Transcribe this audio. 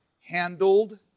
handled